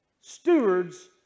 stewards